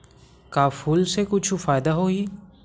का फूल से कुछु फ़ायदा होही?